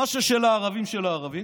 מה ששל הערבים, של הערבים,